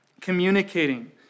communicating